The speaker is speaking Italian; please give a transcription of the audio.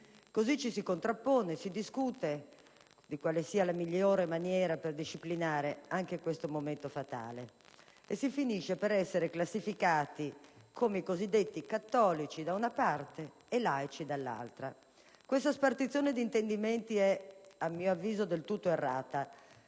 Così ci si contrappone, si discute di quale sia la migliore maniera per disciplinare anche questo momento fatale e si finisce per essere classificati come i cosiddetti cattolici, da una parte, e i laici, dall'altra. Questa spartizione di intendimenti è, a mio avviso, del tutto errata,